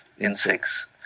insects